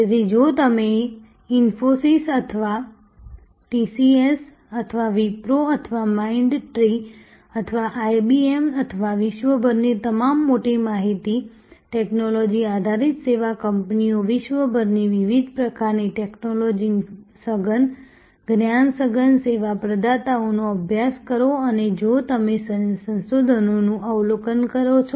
તેથી જો તમે ઇન્ફોસીસ અથવા ટીસીએસ અથવા વિપ્રો અથવા માઇન્ડ ટ્રી અથવા IBM અથવા વિશ્વભરની તમામ મોટી માહિતી ટેકનોલોજી આધારિત સેવા કંપનીઓ વિશ્વભરની વિવિધ પ્રકારની ટેકનોલોજી સઘન જ્ઞાન સઘન સેવા પ્રદાતાઓનો અભ્યાસ કરો અને જો તમે સંશોધનનું અવલોકન કરો છો